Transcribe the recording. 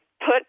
put